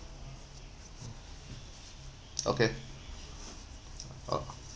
okay oh